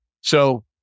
So-